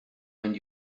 and